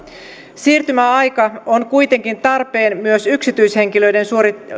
siirtymäaika on kuitenkin tarpeen myös yksityishenkilöiden